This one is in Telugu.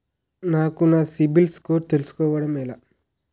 నాకు నా సిబిల్ స్కోర్ తెలుసుకోవడం ఎలా?